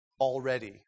already